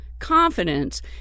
confidence